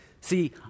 See